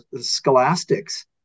scholastics